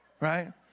Right